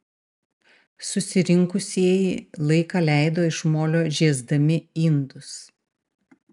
susirinkusieji laiką leido iš molio žiesdami indus